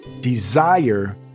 Desire